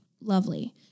lovely